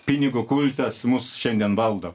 pinigo kultas mus šiandien valdo